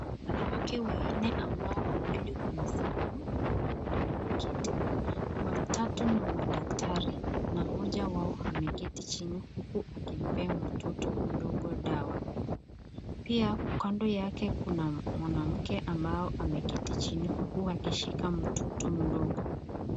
Wanawake wanne ambao wawili wamesimama na wawili wameketi, watatu ni madaktari na mmoja wao ameketi chini huku akimpea mtoto mdogo dawa. Pia kando kuna mwanamke ambao ameketi chini huku akishika mtoto mdogo.